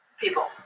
people